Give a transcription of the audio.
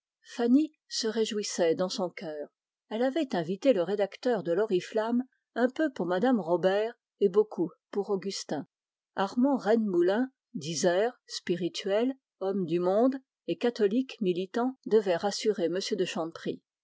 fanny se réjouissait dans son cœur elle avait invité le rédacteur de l'oriflamme un peu pour mme robert et beaucoup pour augustin armand rennemoulin disert spirituel et catholique militant devait rassurer